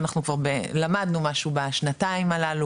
שאנחנו כבר למדנו משהו בשנתיים הללו,